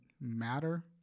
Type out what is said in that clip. matter